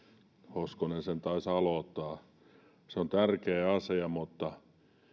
hoskonen sen taisi aloittaa se on tärkeä asia mutta